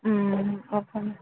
okay ma'am